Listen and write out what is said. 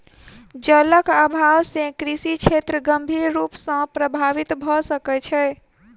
जलक अभाव से कृषि क्षेत्र गंभीर रूप सॅ प्रभावित भ सकै छै